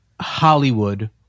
Hollywood